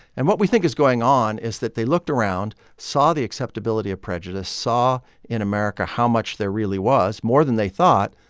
and what we think is going on is that they looked around, saw the acceptability of prejudice, saw in america how much there really was, more than they thought.